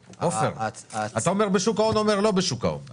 אתה אומר בשוק ההון והוא אומר לא בשוק ההון,